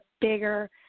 bigger